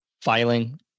filing